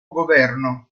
governo